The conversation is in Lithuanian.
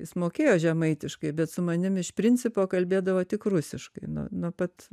jis mokėjo žemaitiškai bet su manim iš principo kalbėdavo tik rusiškai na nuo pat